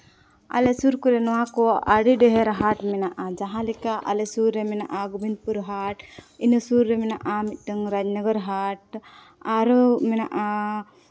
ᱟᱞᱮ ᱥᱩᱨ ᱠᱚᱨᱮ ᱱᱚᱣᱟ ᱠᱚ ᱟᱹᱰᱤ ᱰᱷᱮᱨ ᱦᱟᱴ ᱢᱮᱱᱟᱜᱼᱟ ᱡᱟᱦᱟᱸ ᱞᱮᱠᱟ ᱟᱞᱮ ᱥᱩᱨ ᱨᱮ ᱢᱮᱱᱟᱜᱼᱟ ᱜᱳᱵᱤᱱᱫᱯᱩᱨ ᱦᱟᱴ ᱤᱱᱟᱹ ᱥᱩᱨ ᱨᱮ ᱢᱮᱱᱟᱜᱼᱟ ᱢᱤᱫᱴᱟᱝ ᱨᱟᱡᱽᱱᱚᱜᱚᱨ ᱦᱟᱴ ᱟᱨᱚ ᱢᱮᱱᱟᱜᱼᱟ